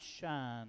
shine